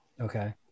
okay